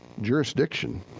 jurisdiction